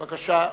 בבקשה.